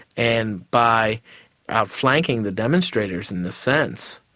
and by outflanking the demonstrators in this sense,